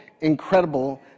incredible